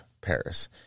Paris